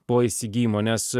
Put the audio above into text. po įsigijimo nes